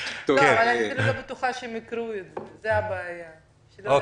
משה, בבקשה.